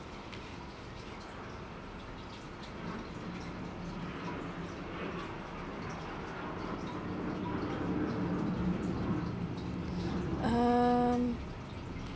um